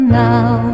now